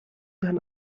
dann